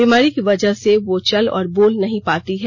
बीमारी की वजह से वह चल और बोल नहीं पाती है